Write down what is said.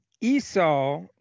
Esau